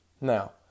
Now